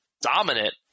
dominant